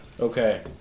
okay